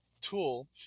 tool